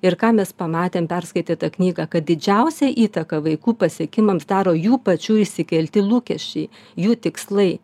ir ką mes pamatėm perskaitytę tą knygą kad didžiausią įtaką vaikų pasiekimams daro jų pačių išsikelti lūkesčiai jų tikslai